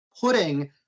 putting